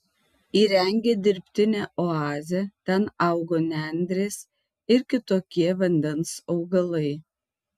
įrengė dirbtinę oazę ten augo nendrės ir kitokie vandens augalai